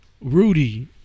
Rudy